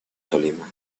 tolima